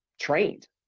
trained